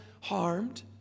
harmed